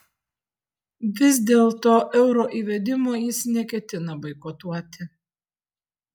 vis dėlto euro įvedimo jis neketina boikotuoti